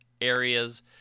areas